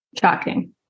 Shocking